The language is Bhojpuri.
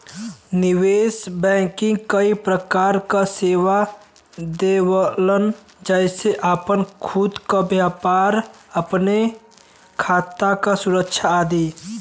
निवेश बैंकिंग कई प्रकार क सेवा देवलन जेसे आपन खुद क व्यापार, अपने खाता क सुरक्षा आदि